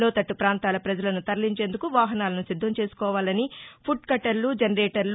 లోతట్టు ప్రాంతాల ప్రజలను తరలించేందుకు వాహనాలను సిద్దంచేసుకోవాలనివుడ్ కటర్లుజనరేటర్ల